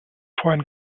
vorhin